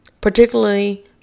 particularly